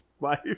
life